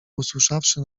usłyszawszy